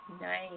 Nice